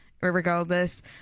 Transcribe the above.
regardless